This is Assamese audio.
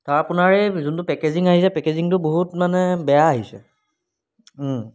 তাৰ আপোনাৰ সেই যোনটো পেকেজিং আহিছে পেকেজিংটো বহুত মানে বেয়া আহিছে